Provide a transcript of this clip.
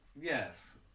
Yes